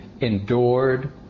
endured